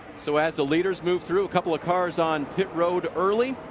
so as the leaders move through a couple of cars on pit road early.